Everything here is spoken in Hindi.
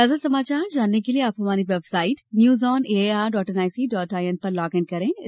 ताजा समाचार जानने के लिए आप हमारी website news on A I R dot N I C dot I N पर पर देख सकते हैं